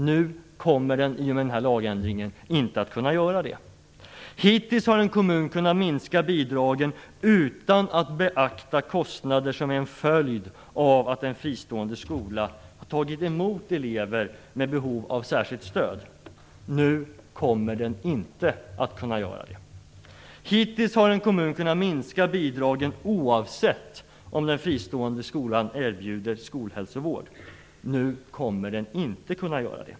Nu kommer den, i och med den här lagändringen, inte att kunna göra det. Hittills har en kommun kunnat minska bidragen utan att beakta kostnader som är en följd av att en fristående skola har tagit emot elever med behov av särskilt stöd. Nu kommer den inte att kunna göra det. Hittills har en kommun kunnat minska bidragen oavsett om den fristående skolan erbjuder skolhälsovård. Nu kommer den inte att kunna göra det.